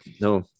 no